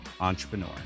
Entrepreneur